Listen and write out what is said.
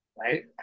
Right